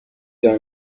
جان